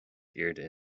airde